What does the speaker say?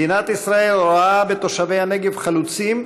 מדינת ישראל רואה בתושבי הנגב חלוצים,